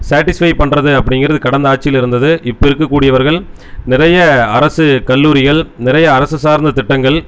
satisfy பண்ணுறது அப்படிங்கிறது கடந்த ஆட்சியில் இருந்தது இப்போ இருக்க கூடியவர்கள் நிறைய அரசு கல்லூரிகள் நிறைய அரசு சார்ந்த திட்டங்கள்